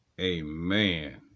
Amen